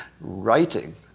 Writing